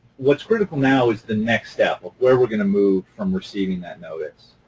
what's critical now is the next step, of where we're going to move from receiving that notice.